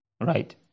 Right